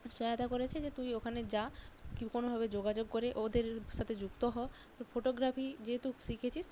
সহায়তা করেছে যে তুই ওখানে যা কি কোনোভাবে যোগাযোগ করে ওদের সাথে যুক্ত হো ফটোগ্রাফি যেহেতু শিখেছিস